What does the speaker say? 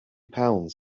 pounds